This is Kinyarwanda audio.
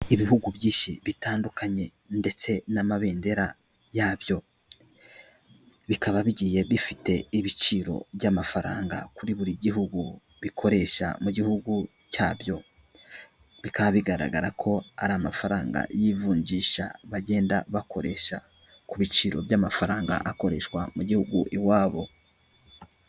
Ibihugu byinshi bitandukanye ndetse n'amabendera yabyo bikaba bigiye bifite ibiciro by'amafaranga kuri buri gihugu bikoresha mu gihugu cyabyo bikaba bigaragara ko ari amafaranga y'ivunjisha bagenda bakoresha ku biciro by'amafaranga akoreshwa mu gihugu iwabo.